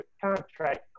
contract